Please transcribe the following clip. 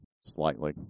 slightly